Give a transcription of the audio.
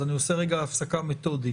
אז אני עושה הפסקה מתודית.